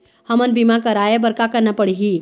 हमन बीमा कराये बर का करना पड़ही?